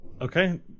Okay